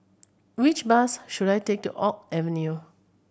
which bus should I take to Oak Avenue